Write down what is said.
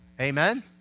Amen